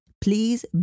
Please